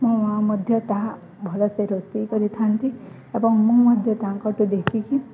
ମୋ ମା' ମଧ୍ୟ ତାହା ଭଲସେ ରୋଷେଇ କରିଥାନ୍ତି ଏବଂ ମୁଁ ମଧ୍ୟ ତାଙ୍କଠୁ ଦେଖିକି